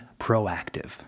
proactive